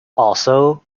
also